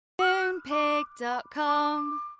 Moonpig.com